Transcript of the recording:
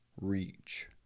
reach